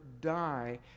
die